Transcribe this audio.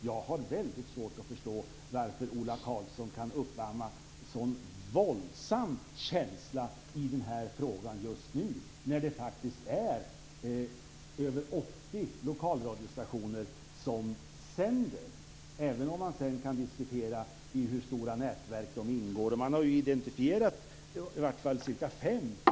Jag har väldigt svårt att förstå hur Ola Karlsson kan uppamma en sådan våldsam känsla i den här frågan just nu när det faktiskt är över 80 lokalradiostationer som sänder, även om man sedan kan diskutera i hur stora nätverk de ingår. Man har identifierat i varje fall cirka fem nätverk.